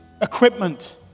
equipment